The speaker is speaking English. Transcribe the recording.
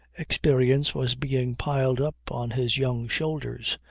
experience was being piled up on his young shoulders.